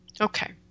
Okay